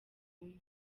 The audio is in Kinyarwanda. umwe